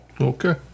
Okay